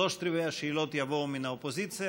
שלושה רבעים מן השאלות יבואו מן האופוזיציה,